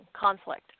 conflict